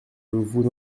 vous